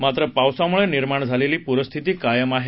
मात्र पावसामुळे निर्माण झालेली पुरस्थिती कायम आहे